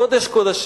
קודש קודשים".